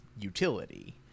utility